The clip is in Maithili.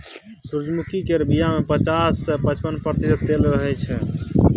सूरजमुखी केर बीया मे पचास सँ पचपन प्रतिशत तेल रहय छै